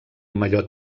mallot